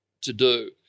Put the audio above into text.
to-do